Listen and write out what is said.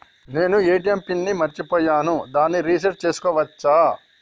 నేను ATM PIN ని మరచిపోయాను దాన్ని రీ సెట్ చేసుకోవచ్చా?